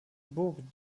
burg